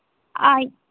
ಆಯ್ತು